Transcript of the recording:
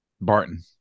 Barton